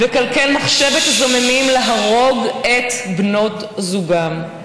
/ וקלקל מחשבת הזוממים להרוג את בנות זוגם,